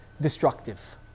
destructive